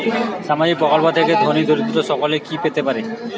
সামাজিক প্রকল্প থেকে ধনী দরিদ্র সকলে কি পেতে পারে?